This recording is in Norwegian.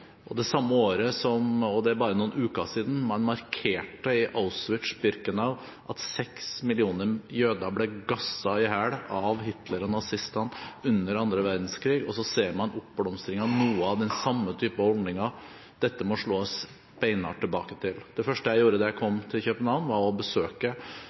Det er bare noen uker siden man markerte i Auschwitz-Birkenau at seks millioner jøder ble gasset i hjel av Hitler og nazistene under annen verdenskrig, og så ser man oppblomstringen av noen av de samme typer holdninger. Dette må det slås beinhardt tilbake på. Det første jeg gjorde da jeg kom til København, var å besøke